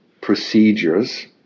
procedures